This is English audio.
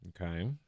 Okay